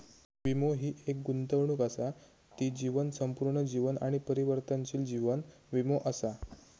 वीमो हि एक गुंतवणूक असा ती जीवन, संपूर्ण जीवन आणि परिवर्तनशील जीवन वीमो असा